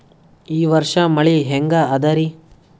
ಈ ವರ್ಷ ಮಳಿ ಹೆಂಗ ಅದಾರಿ?